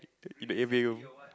in a_v_a room